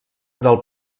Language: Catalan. del